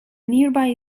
nearby